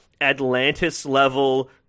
Atlantis-level